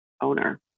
owner